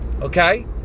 okay